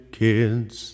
kids